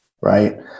right